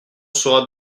sera